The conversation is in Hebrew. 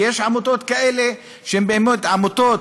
כי יש עמותות כאלה שהן באמת עמותות